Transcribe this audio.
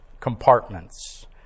compartments